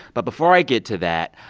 but before i get to that,